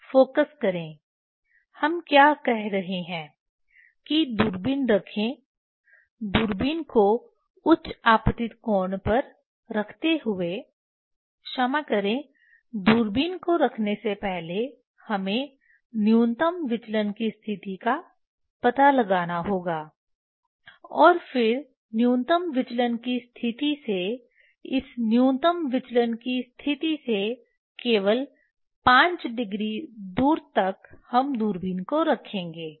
focus करें हम क्या कह रहे हैं कि दूरबीन रखें दूरबीन को उच्च आपतित कोण पर रखते हुए क्षमा करें दूरबीन को रखने से पहले हमें न्यूनतम विचलन की स्थिति का पता लगाना होगा और फिर न्यूनतम विचलन की स्थिति से इस न्यूनतम विचलन की स्थिति से केवल 5 डिग्री दूर तक हम दूरबीन को रखेंगे